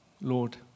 Lord